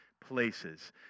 places